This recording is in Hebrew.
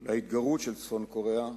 על ההתגרות של צפון-קוריאה